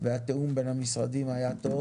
והתיאום בין המשרדים היה טוב.